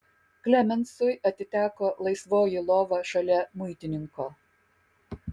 klemensui atiteko laisvoji lova šalia muitininko